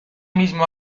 mismo